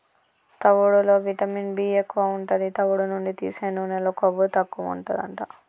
తవుడులో vitamin B ఎక్కువు ఉంటది, తవుడు నుండి తీసే నూనెలో కొవ్వు తక్కువుంటదట